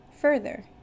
further